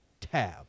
tab